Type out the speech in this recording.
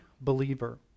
believer